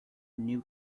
new